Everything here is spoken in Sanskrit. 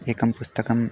एकं पुस्तकम्